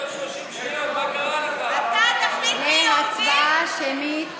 כעת להצבעה שמית